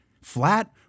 flat